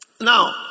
Now